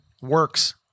works